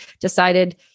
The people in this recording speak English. decided